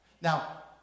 Now